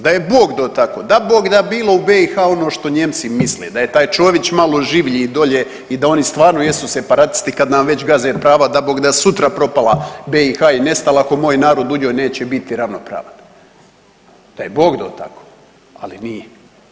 Da je Bog dao tako, dabogda bilo u BiH ono što Nijemci misle, da je taj Čović malo življi dolje i da oni stvarno jesu separatisti kad nam već gaze prava dabogda sutra propala BiH i nestala ako moj narod u njoj neće biti ravnopravan, da je Bog dao tako, ali nije.